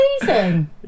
amazing